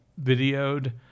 videoed